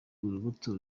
urubuto